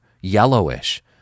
yellowish